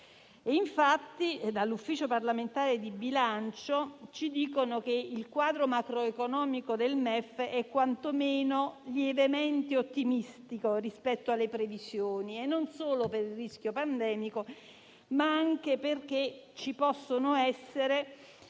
Infatti, dall'Ufficio parlamentare di bilancio ci dicono che il quadro macroeconomico del MEF è quantomeno lievemente ottimistico rispetto alle previsioni, e non solo per il rischio pandemico, ma anche per degli inasprimenti